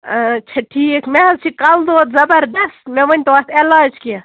آچھا ٹھیٖک مےٚ حظ چھِ کَلہٕ دود زَبردست مےٚ ؤنۍ تو اَتھ علاج کیٚنٛہہ